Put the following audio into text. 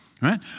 right